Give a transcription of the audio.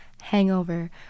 hangover